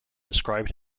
described